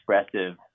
expressive